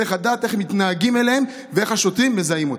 צריך לדעת איך מתנהגים אליהם ואיך השוטרים מזהים אותם.